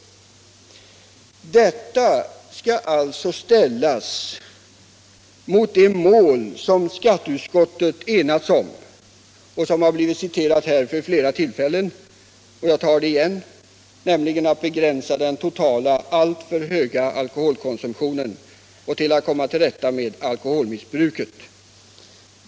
Detta skall alltså ställas mot det mål som skatteutskottet enats om och som har citerats här vid flera tillfällen, nämligen ”att begränsa den totala, alltför höga alkoholkonsumtionen och till att komma till rätta med alkoholmissbruket”.